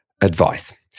advice